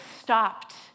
stopped